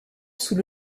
sous